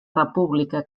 república